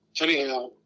Anyhow